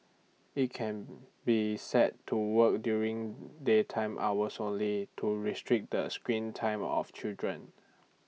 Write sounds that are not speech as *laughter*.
IT can *noise* be set to work during daytime hours only to restrict the screen time of children